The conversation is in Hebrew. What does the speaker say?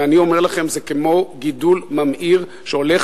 ואני אומר לכם: זה כמו גידול ממאיר שהולך